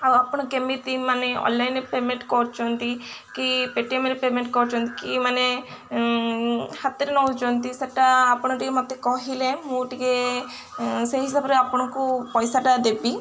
ଆଉ ଆପଣ କେମିତି ମାନେ ଅନଲାଇନ୍ରେ ପେମେଣ୍ଟ କରୁଛନ୍ତି କି ପେଟିଏମ୍ରେ ପେମେଣ୍ଟ କରୁଛନ୍ତି କି ମାନେ ହାତରେ ନେଉଛନ୍ତି ସେଟା ଆପଣ ଟିକେ ମୋତେ କହିଲେ ମୁଁ ଟିକେ ସେଇ ହିସାବରେ ଆପଣଙ୍କୁ ପଇସାଟା ଦେବି